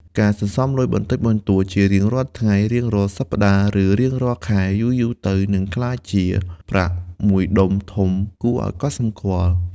ការសន្សំលុយបន្តិចបន្តួចជារៀងរាល់ថ្ងៃ រៀងរាល់សប្តាហ៍ ឬរៀងរាល់ខែ យូរៗទៅនឹងក្លាយជា ប្រាក់មួយដុំធំគួរឱ្យកត់សម្គាល់។